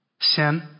Sin